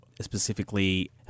specifically